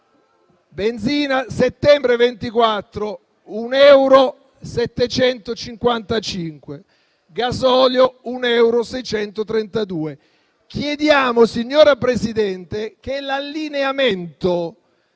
benzina a settembre 2024: 1,755 euro; il gasolio: 1,632 euro. Chiediamo, signora Presidente, che l'allineamento,